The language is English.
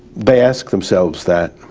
they ask themselves that